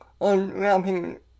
unwrapping